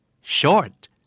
short